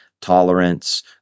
tolerance